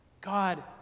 God